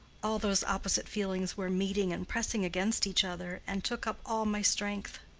all those opposite feelings were meeting and pressing against each other, and took up all my strength.